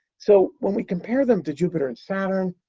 so when we compare them to jupiter and saturn,